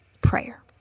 prayer